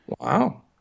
wow